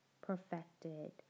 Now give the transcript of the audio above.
perfected